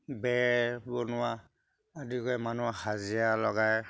বেৰ বনোৱা আদি কৰি মানুহ হাজিৰা লগায়